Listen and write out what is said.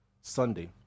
Sunday